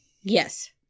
Yes